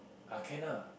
ah can ah